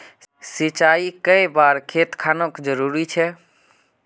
सिंचाई कै बार खेत खानोक जरुरी छै?